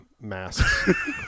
mask